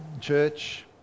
church